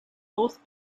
both